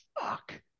fuck